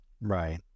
Right